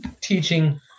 teaching